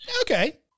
Okay